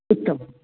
उत्तमम्